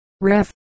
Ref